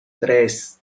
tres